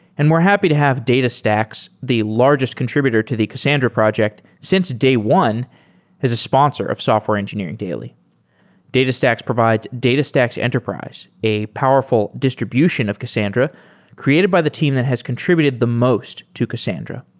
and we're happy to have datastax, the largest contributed to the cassandra project since day one as a sponsor of software engineering daily datastax provides datastax enterprise, a powerful distribution of cassandra created by the team that has contributed the most to cassandra.